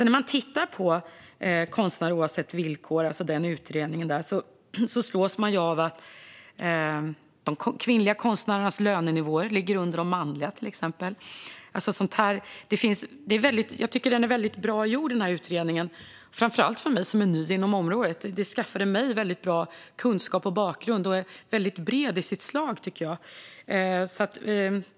När man tittar på utredningen Konstnär - oavsett villkor? slås man till exempel av att de kvinnliga konstnärernas lönenivåer ligger under de manliga. Jag tycker att denna utredning är mycket bra gjord. Framför allt för mig som är ny inom detta område innebar det att jag kunde skaffa mig mycket bra kunskap och bakgrund. Den är mycket bred i sitt slag.